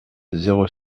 zéro